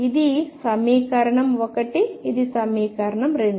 ఇది సమీకరణం 1 ఇది సమీకరణం 2